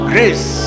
Grace